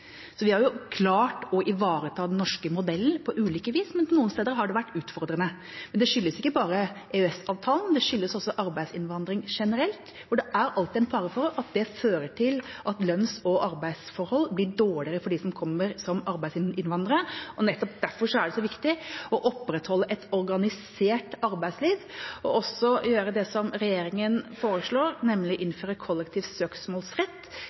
Vi har klart å ivareta den norske modellen på ulike vis, men noen steder har det vært utfordrende. Det skyldes ikke bare EØS-avtalen, det skyldes også arbeidsinnvandring generelt, hvor det alltid er en fare for at det fører til at lønns- og arbeidsforhold blir dårligere for dem som kommer som arbeidsinnvandrere. Nettopp derfor er det så viktig å opprettholde et organisert arbeidsliv og også gjøre det som regjeringen foreslår, nemlig innføre kollektiv søksmålsrett,